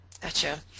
Gotcha